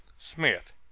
Smith